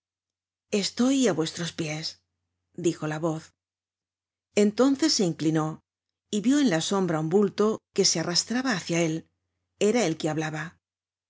estoy á vuestros pies dijo la voz entonces se inclinó y vió en la sombra un bulto que se arrastraba hácia él era el que hablaba